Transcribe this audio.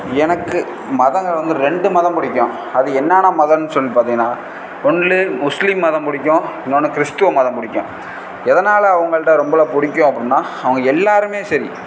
எனக்கு மதங்கள் வந்து ரெண்டு மதம் பிடிக்கும் அது என்னான்ன மதம்னு சொல்லி பார்த்தீங்கன்னா ஒன்னு முஸ்லீம் மதம் பிடிக்கும் இன்னொன்று கிறிஸ்துவ மதம் பிடிக்கும் எதனால் அவங்கள்ட்ட ரொம்பல பிடிக்கும் அப்படின்னா அவங்க எல்லாருமே சரி